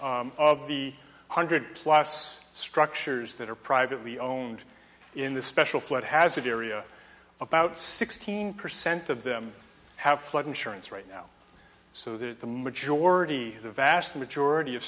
of the one hundred plus structures that are privately owned in this special flood hazard area about sixteen percent of them have flood insurance right now so that the majority the vast majority of